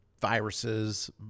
viruses